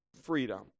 freedom